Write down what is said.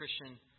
Christian